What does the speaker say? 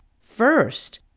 First